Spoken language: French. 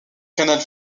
canal